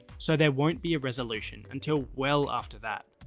so there won't be a resolution until well after that.